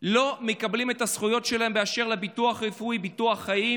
לא מקבלים את הזכויות שלהם באשר לביטוח רפואי וביטוח חיים,